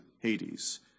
Hades